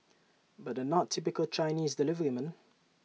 but they're not typical Chinese deliverymen